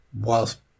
whilst